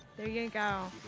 there you go.